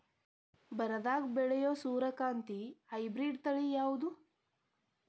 ಬರದಾಗ ಬೆಳೆಯೋ ಸೂರ್ಯಕಾಂತಿ ಹೈಬ್ರಿಡ್ ತಳಿ ಯಾವುದು?